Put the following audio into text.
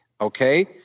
Okay